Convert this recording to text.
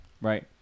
right